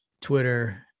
twitter